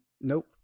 nope